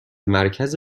مرکز